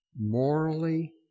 morally